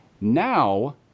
Now